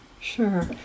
Sure